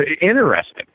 interesting